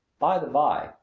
by the by,